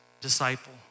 disciple